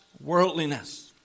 worldliness